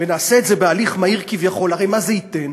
ונעשה את זה בהליך מהיר כביכול, הרי מה זה ייתן?